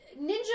ninja